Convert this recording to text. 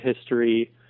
history